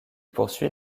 poursuit